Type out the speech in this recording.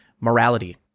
morality